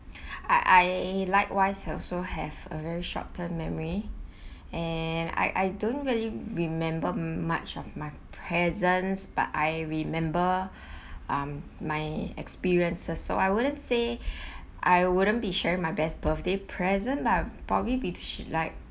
I I likewise also have a very short term memory and I I don't really remember much of my presents but I remember um my experiences so I wouldn't say I wouldn't be sure my best birthday present but probably which like